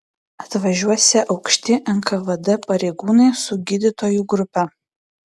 atvažiuosią aukšti nkvd pareigūnai su gydytojų grupe